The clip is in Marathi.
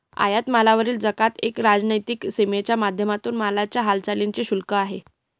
आयात मालावरील जकात एक राजनीतिक सीमेच्या माध्यमातून मालाच्या हालचालींच शुल्क आहे